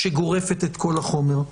שגורפת את כל החומר.